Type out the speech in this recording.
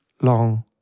long